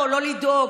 לא לדאוג,